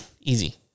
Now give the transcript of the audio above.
easy